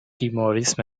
timorese